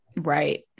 right